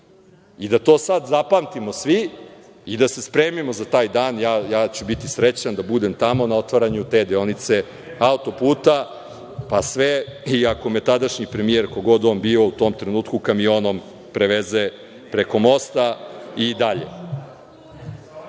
Da to sada zapamtimo svi i da se spremimo za taj dan, ja ću biti srećan da budem tamo na otvaranju te deonice autoputa, pa sve ako me tadašnji premijer ko god on bio u tom trenutku kamionom preveze preko mosta i